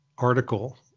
Article